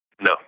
No